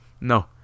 No